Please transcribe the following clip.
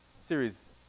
series